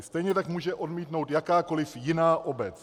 Stejně tak může odmítnout jakákoliv jiná obec.